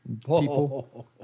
People